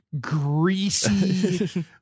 Greasy